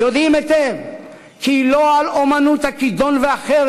יודעים היטב כי לא על אמנות הכידון והחרב